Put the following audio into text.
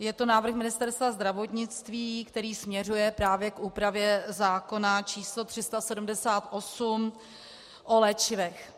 Je to návrh Ministerstva zdravotnictví, který směřuje právě k úpravě zákona číslo 378 o léčivech.